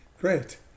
great